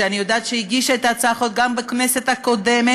שאני יודעת שהגישה את הצעת החוק גם בכנסת הקודמת,